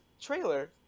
trailer